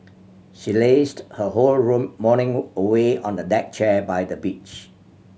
she lazed her whole room morning away on the deck chair by the beach